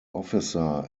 officer